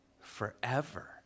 forever